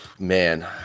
Man